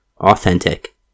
authentic